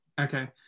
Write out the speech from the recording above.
Okay